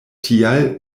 tial